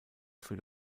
für